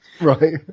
Right